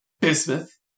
Bismuth